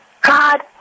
God